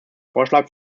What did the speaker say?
vorschlag